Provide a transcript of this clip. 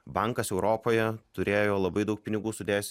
bankas europoje turėjo labai daug pinigų sudėjęs